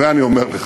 את זה אני אומר לך.